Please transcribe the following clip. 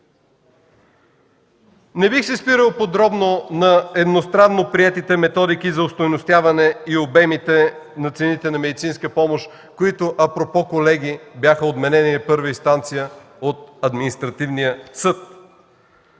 Не бих се спирал подробно на едностранно приетите методики за остойностяване и обемите на цените на медицинска помощ, които, апропо, колеги, бяха отменени на първа инстанция от Административния съд.